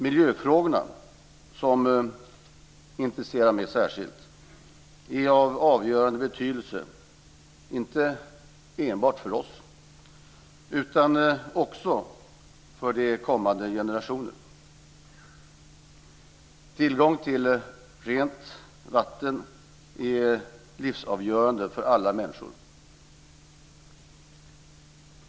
Miljöfrågorna, som intresserar mig särskilt, är av avgörande betydelse, inte enbart för oss utan också för kommande generationer. Tillgång till rent vatten är livsavgörande för alla människor.